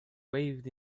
waved